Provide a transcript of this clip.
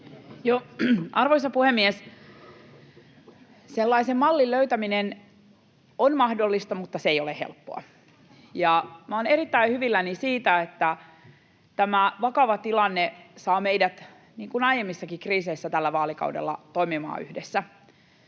Arvoisa puhemies! Sellaisen mallin löytäminen on mahdollista, mutta se ei ole helppoa. Olen erittäin hyvilläni siitä, että tämä vakava tilanne saa meidät, niin kuin aiemmissakin kriiseissä tällä vaalikaudella, toimimaan yhdessä.